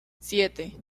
siete